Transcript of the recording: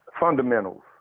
Fundamentals